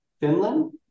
Finland